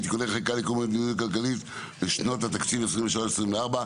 (תיקוני חקיקה ליישום המדיניות הכלכלית לשנות התקציב 2023 ו-2024),